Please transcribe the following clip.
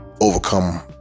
overcome